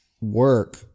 work